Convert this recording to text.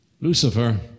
Lucifer